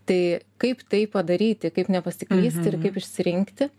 tai kaip tai padaryti kaip nepasiklyst ir kaip išsirinkti